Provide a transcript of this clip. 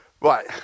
right